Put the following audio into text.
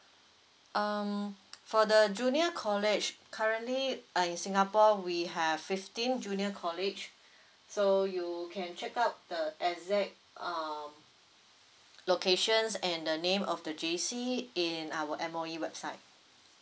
um for the junior college currently uh in singapore we have fifteen junior college so you can check out the exact um locations and the name of the J_C in our M_O_E website